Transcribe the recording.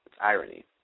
irony